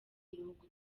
y’ibihugu